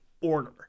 order